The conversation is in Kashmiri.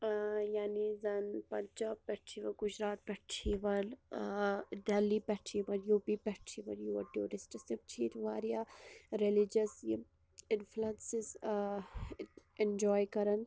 ٲں یعنی زن پنٛجاب پٮ۪ٹھ چھِ یوان گُجرات پٮ۪ٹھ چھِ یوان ٲں دہلی پٮ۪ٹھ چھِ یوان یو پی پٮ۪ٹھ چھِ یوان یور ٹیٛورسٹٕس تِم چھِ ییٚتہ واریاہ ریٚلِجیٚس یم انفٕلیٚنسز ٲں ایٚنجواے کران